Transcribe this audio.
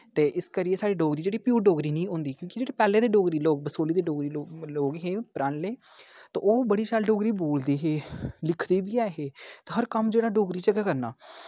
ते इस करियै साढ़ी डोगरी जेह्ड़ी प्योर डोगरी नी होंदी क्योंकि जेह्ड़े पैह्लें दे लोग डोगरी लोग हे पराने ते ओह् बड़ी शैल डोगरी बोलदे हे लिखदे बी ऐ हे ते हर कम्म जेह्ड़ा डोगरी च गै करना